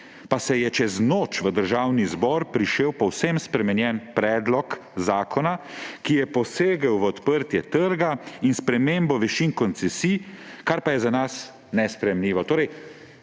pozor, »je čez noč v državni zbor prišel povsem spremenjen predlog zakona, ki je posegel v odprtje trga in spremembo višin koncesij, kar pa za nas ni sprejemljivo.«